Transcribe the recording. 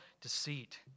deceit